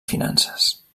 finances